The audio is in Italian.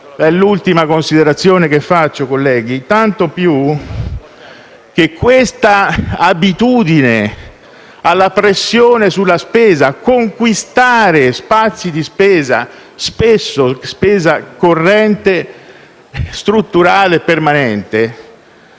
è l'ultima considerazione che faccio, colleghi - che questa abitudine alla pressione sulla spesa, a conquistare spazi di spesa (spesso spesa corrente strutturale e permanente,